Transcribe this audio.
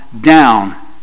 Down